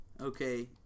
Okay